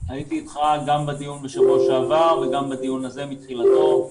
הייתי איתך גם בדיון בשבוע שעבר וגם בדיון הזה מתחילתו.